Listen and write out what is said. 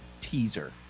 teaser